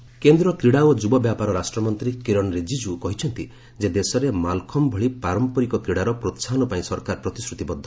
Rijiju AICTE କେନ୍ଦ୍ର କ୍ରୀଡ଼ା ଓ ଯୁବବ୍ୟାପାର ରାଷ୍ଟ୍ରମନ୍ତ୍ରୀ କିରଣ ରିଜିଜ୍ଜୁ କହିଛନ୍ତି ଯେ ଦେଶରେ ମାଲଖମ୍ୟ ଭଳି ପାରମ୍ପରିକ କ୍ରୀଡ଼ାର ପ୍ରୋସାହନ ପାଇଁ ସରକାର ପ୍ରତିଶ୍ରତିବଦ୍ଧ